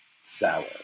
sour